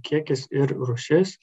kiekis ir rūšis